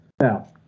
Now